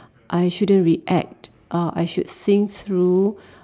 I shouldn't react uh I should seen through